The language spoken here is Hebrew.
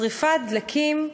שרפת דלקים,